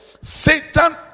Satan